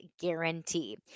guarantee